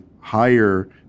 higher